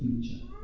future